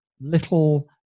little